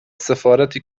سفارت